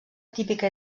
típica